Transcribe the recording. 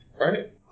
Right